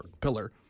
pillar